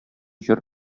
җыр